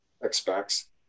expects